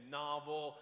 novel